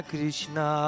Krishna